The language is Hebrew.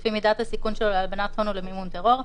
לפי מידת הסיכון שלו להלבנת הון ולמימון טרור,